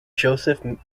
joseph